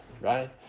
right